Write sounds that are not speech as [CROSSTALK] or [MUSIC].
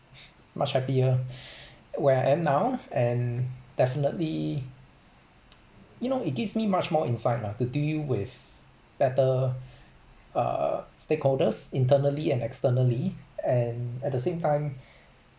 much happier where I am now and definitely [NOISE] you know it gives me much more insight lah to deal with better uh stakeholders internally and externally and at the same time